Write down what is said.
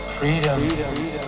Freedom